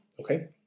Okay